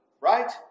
Right